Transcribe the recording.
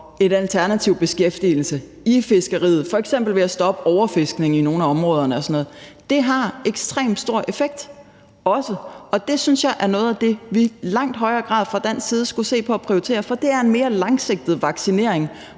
en alternativ beskæftigelse i fiskeriet, f.eks. ved at stoppe overfiskning i nogle områderne og sådan noget, har også ekstremt stor effekt. Og det synes jeg er noget af det, vi i langt højere grad fra dansk side skulle se på at prioritere. For det er en mere langsigtet vaccinering